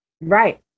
Right